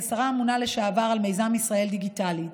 כשרה האמונה לשעבר על מיזם ישראל דיגיטלית,